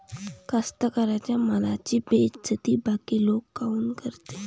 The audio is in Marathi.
कास्तकाराइच्या मालाची बेइज्जती बाकी लोक काऊन करते?